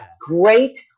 great